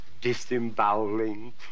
disemboweling